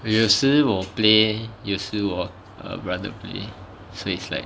有时我 play 有时我 err brother play so it's like